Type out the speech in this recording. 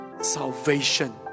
salvation